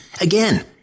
again